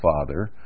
father